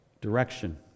direction